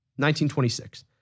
1926